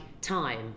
time